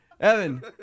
Evan